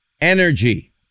Energy